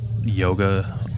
yoga